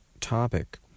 topic